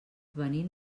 venim